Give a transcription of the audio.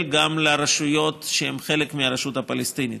גם לרשויות שהן חלק מהרשות הפלסטינית,